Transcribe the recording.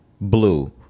blue